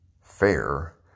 fair